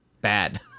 bad